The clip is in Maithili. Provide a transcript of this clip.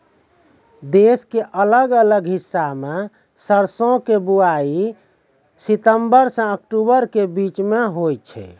देश के अलग अलग हिस्सा मॅ सरसों के बुआई सितंबर सॅ अक्टूबर के बीच मॅ होय छै